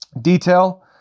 detail